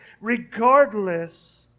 regardless